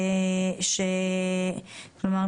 כלומר,